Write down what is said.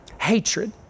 hatred